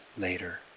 Later